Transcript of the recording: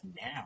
now